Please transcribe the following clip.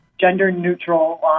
gender-neutral